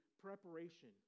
preparation